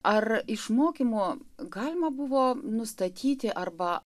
ar iš mokymo galima buvo nustatyti arba